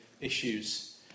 Issues